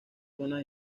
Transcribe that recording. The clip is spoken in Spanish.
zonas